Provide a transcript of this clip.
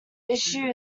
issue